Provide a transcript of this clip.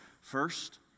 First